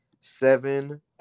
seven